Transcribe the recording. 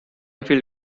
feel